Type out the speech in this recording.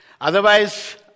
Otherwise